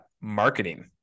marketing